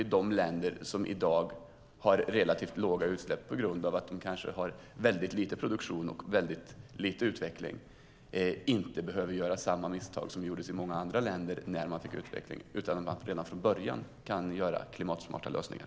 I de länder som i dag har relativt låga utsläpp på grund av att de har liten produktion och liten utveckling gäller det att inte göra samma misstag som man gjort i andra länder, utan se till att från början göra klimatsmarta lösningar.